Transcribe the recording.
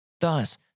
Thus